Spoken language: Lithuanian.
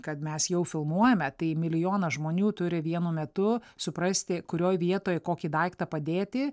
kad mes jau filmuojame tai milijonas žmonių turi vienu metu suprasti kurioj vietoj kokį daiktą padėti